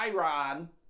iron